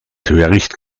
töricht